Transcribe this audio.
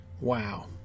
Wow